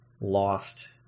lost